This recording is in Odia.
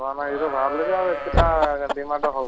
ହଁ ନା ଏଠୁ ବାହାରିଲି ଆଉ ଏତେଟା ଡିମାଣ୍ଡ ହେଉନି